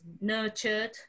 nurtured